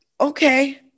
Okay